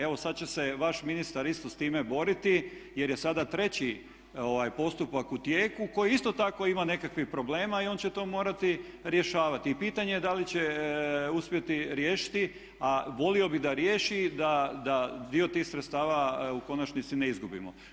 Evo sada će se vaš ministar isto s time boriti jer je sada treći postupak u tijeku koji isto tako ima nekakvih problema i on će to morati rješavati i pitanje je da li će uspjeti riješiti a volio bih da riješi, da dio tih sredstava u konačnici ne izgubimo.